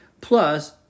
plus